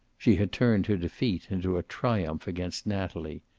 she had turned her defeat into a triumph against natalie.